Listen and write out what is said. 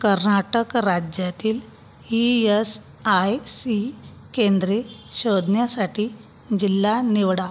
कर्नाटक राज्यातील E S I C केंद्रे शोधण्यासाठी जिल्हा निवडा